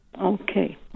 Okay